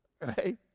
right